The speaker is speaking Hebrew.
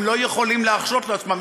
הם לא יכולים להרשות לעצמם,